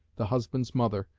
the husband's mother,